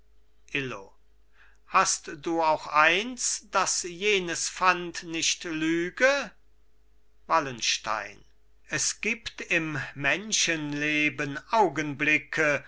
illo hast du auch eins daß jenes pfand nicht lüge wallenstein es gibt im menschenleben augenblicke